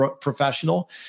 professional